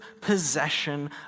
possession